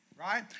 Right